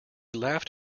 laughed